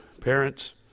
parents